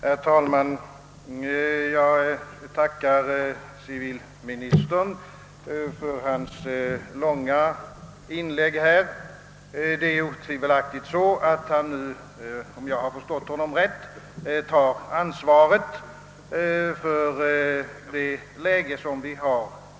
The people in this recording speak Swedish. Herr talman! Jag tackar civilministern för hans långa inlägg. Om jag förstod rätt, tar civilministern ansvaret för dagens skolsituation.